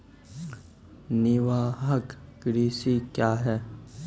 निवाहक कृषि क्या हैं?